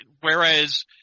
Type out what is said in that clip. whereas